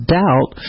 doubt